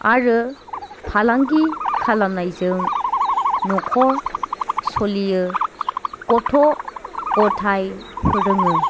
आरो फालांगि खालामनायजों न'खर सोलियो गथ' गथाय फोरोङो